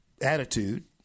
attitude